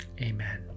amen